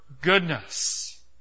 goodness